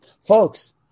folks